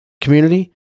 community